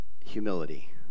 humility